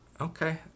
okay